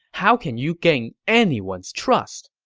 how can you gain anyone's trust?